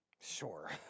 Sure